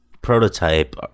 prototype